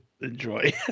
enjoy